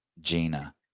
Gina